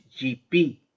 GP